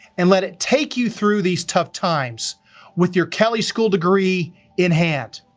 and let it take you through these tough times with your kelley school degree in hand.